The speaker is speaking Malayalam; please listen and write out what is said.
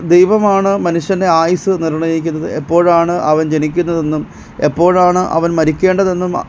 ദൈവമാണ് മനുഷ്യൻറെ ആയുസ്സ് നിർണയിക്കുന്നത് എപ്പോഴാണ് അവൻ ജനിക്കുന്നതെന്നും എപ്പോഴാണ് അവൻ മരിക്കേണ്ടതെന്നും